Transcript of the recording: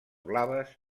blaves